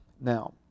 Now